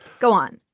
go on.